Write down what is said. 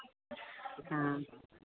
हाँ